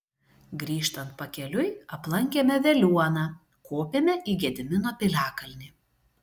grįžtant pakeliui aplankėme veliuoną kopėme į gedimino piliakalnį